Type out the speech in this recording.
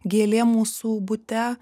gėlė mūsų bute